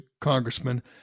congressman